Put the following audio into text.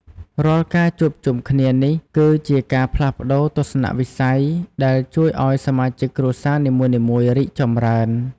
រាល់ការជួបជុំគ្នានេះគឺជាការផ្លាស់ប្តូរទស្សនៈវិស័យ ដែលជួយឱ្យសមាជិកគ្រួសារនីមួយៗរីកចម្រើន។